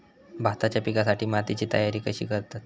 भाताच्या पिकासाठी मातीची तयारी कशी करतत?